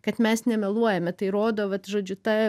kad mes nemeluojame tai rodo vat žodžiu ta